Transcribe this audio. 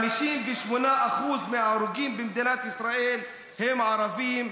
58% מההרוגים במדינת ישראל הם ערבים,